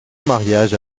mariage